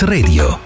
Radio